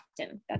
Often